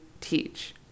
teach